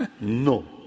No